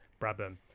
Brabham